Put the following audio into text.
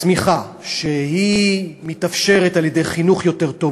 צמיחה שמתאפשרת על-ידי חינוך יותר טוב,